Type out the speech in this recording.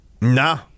Nah